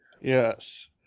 Yes